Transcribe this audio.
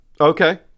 Okay